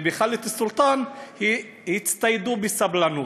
ובח'לת-אלסולטאן הצטיידו בסבלנות,